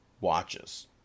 watches